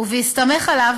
ובהסתמך עליו,